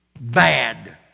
Bad